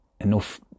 enough